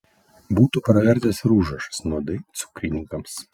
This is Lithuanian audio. būtų pravertęs ir užrašas nuodai cukrininkams